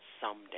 someday